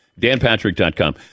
danpatrick.com